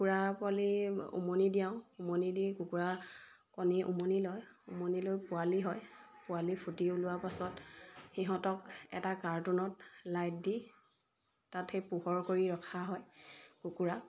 কুকুৰা পোৱালি উমনি দিয়াও উমনি দি কুকুৰা কণী উমনি লয় উমনি লৈ পোৱালি হয় পোৱালি ফুটি ওলোৱাৰ পাছত সিহঁতক এটা কাৰ্টুনত লাইট দি তাত সেই পোহৰ কৰি ৰখা হয় কুকুৰা